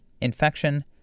infection